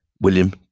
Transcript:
William